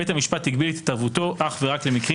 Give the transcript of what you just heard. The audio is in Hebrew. בית המשפט הגביל את התערבותו אך ורק למקרים